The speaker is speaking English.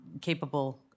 capable